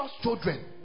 children